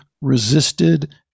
resisted